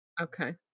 Okay